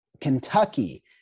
Kentucky